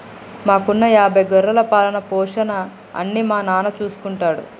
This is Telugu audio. మాకున్న యాభై గొర్రెల పాలన, పోషణ అన్నీ మా నాన్న చూసుకుంటారు